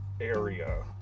area